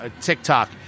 TikTok